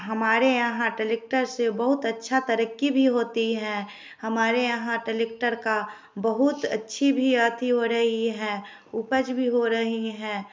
हमारे यहाँ टलेक्टर से बहुत अच्छा तरक्की भी होती है हमारे यहाँ टलेक्टर का बहुत अच्छी भी आती हो रही है उपज भी हो रही है